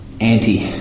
anti